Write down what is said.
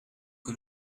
que